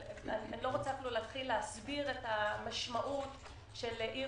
אני לא רוצה להתחיל להסביר את המשמעות של עיר